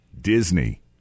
Disney